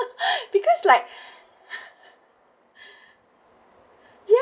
because like ya